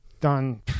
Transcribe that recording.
done